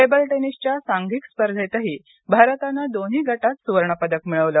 table टेनिसच्या सांधिक स्पर्धेतही भारतानं दोन्ही गटात सुवर्णपदक मिळवलं